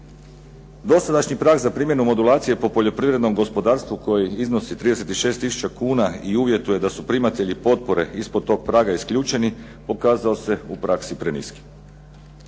Dosadašnji prag za primjenu modulacije po poljoprivrednom gospodarstvu koji iznosi 36 tisuća kuna i uvjetuje da su primatelji potpore ispod tog praga isključeni pokazao se u praksi preniskim.